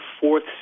fourth